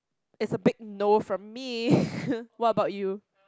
it's a big no from me what about you